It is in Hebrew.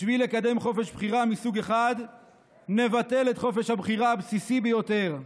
בשביל לקדם חופש בחירה מסוג אחד נבטל את חופש הבחירה הבסיסי ביותר: